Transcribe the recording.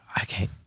okay